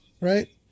right